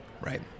Right